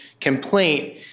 complaint